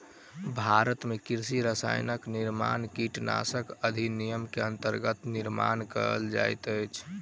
भारत में कृषि रसायन के निर्माण कीटनाशक अधिनियम के अंतर्गत निर्माण कएल जाइत अछि